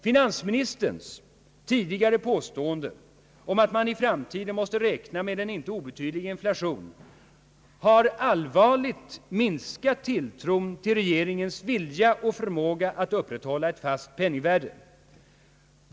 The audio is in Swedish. Finansministerns tidigare påstående att man i framtiden måste räkna med en inte obetydlig inflation har allvarligt minskat tilltron till regeringens vilja och förmåga att upprätthålla ett fast penningvärde.